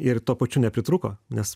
ir tuo pačiu nepritrūko nes